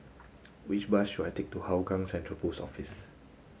which bus should I take to Hougang Central Post Office